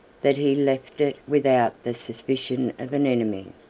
that he left it without the suspicion of an enemy.